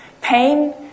Pain